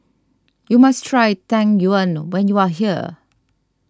you must try Tang Yuen when you are here